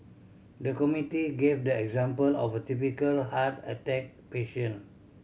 the committee gave the example of a typical heart attack patient